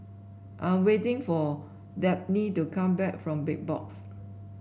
I'm waiting for Dabney to come back from Big Box